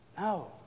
No